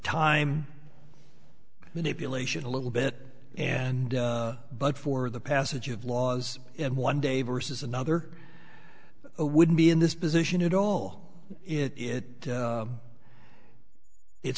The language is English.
time manipulation a little bit and but for the passage of laws in one day versus another would be in this position at all it it